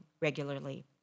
regularly